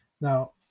Now